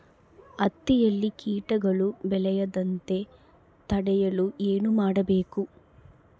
ಹತ್ತಿಯಲ್ಲಿ ಕೇಟಗಳು ಬೇಳದಂತೆ ತಡೆಯಲು ಏನು ಮಾಡಬೇಕು?